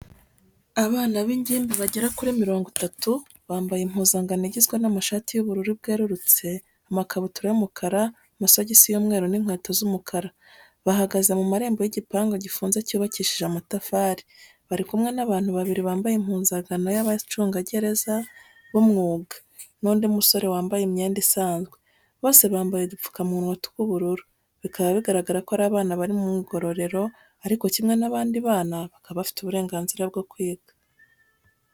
Abana b'ingimbi bagera kuri mirongo itatu, bambaye impuzankano igizwe n'amashati y'ubururu bwerurutse, amakabutura y'umukara, amasogisi y'umweru n'inkweto z'umukara, bahagaze mu marembo y'igipangu gifunze cyubakishije amatafari. Bari kumwe n'abantu babiri bambaye impuzankano y'abacungagereza b'umwuga, n'undi musore wambaye imyenda isanzwe. Bose bambaye udupfukamunwa tw'ubururu. Bikaba bigaragara ko ari abana bari mu igororero, ariko kimwe n'abandi bana, bakaba bafite uburenganzira bwo kwiga.